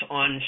on